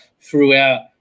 throughout